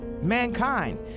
mankind